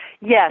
Yes